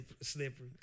slippery